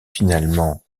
finalement